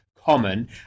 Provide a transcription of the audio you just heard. common